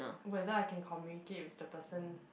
whether I can communicate with the person